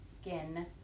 skin